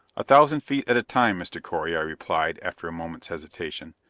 a thousand feet at a time, mr. correy, i replied, after a moment's hesitation.